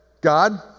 God